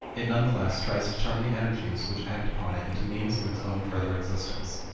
it none the less tries to turn the energies which act upon it into means of its own further existence.